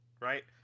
Right